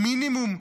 המינימום,